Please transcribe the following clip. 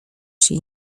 się